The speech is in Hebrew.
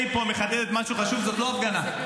שלי מחדדת משהו חשוב, זאת לא הפגנה.